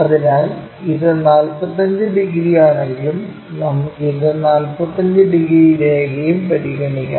അതിനാൽ ഇത് 45 ഡിഗ്രിയാണെങ്കിൽ നമുക്ക് ഇത് 45 ഡിഗ്രി രേഖയും പരിഗണിക്കാം